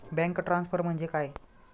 Bank transfer म्हणजे काय?